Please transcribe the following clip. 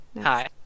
Hi